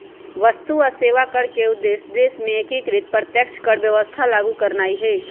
वस्तु आऽ सेवा कर के उद्देश्य देश में एकीकृत अप्रत्यक्ष कर व्यवस्था लागू करनाइ हइ